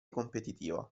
competitiva